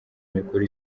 mikuru